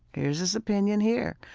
here's this opinion here.